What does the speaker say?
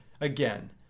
again